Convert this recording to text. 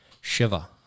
Shiva